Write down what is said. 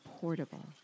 portable